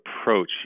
approach